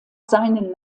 seinen